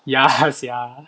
ya [sial]